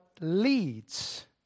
leads